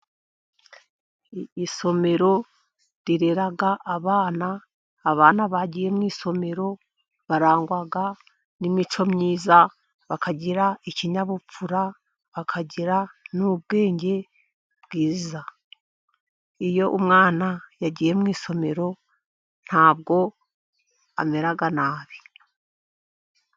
Isomero rirera abana, abana bagiye mu isomero barangwa n'imico myiza, bakagira ikinyabupfura, bakagira n'ubwenge bwiza. Iyo umwana yagiye mu isomero ntabwo amera nabi.